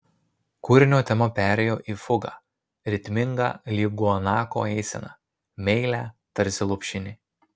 kūrinio tema perėjo į fugą ritmingą lyg guanako eisena meilią tarsi lopšinė